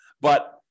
But-